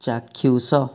ଚାକ୍ଷୁଷ